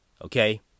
Okay